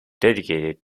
dedicated